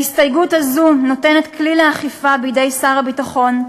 ההסתייגות הזאת נותנת כלי לאכיפה בידי שר הביטחון,